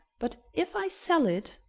but, if i sell it,